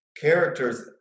characters